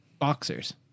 boxers